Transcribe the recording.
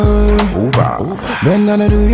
over